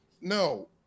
No